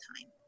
time